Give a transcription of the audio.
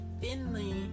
thinly